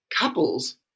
Couples